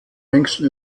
längsten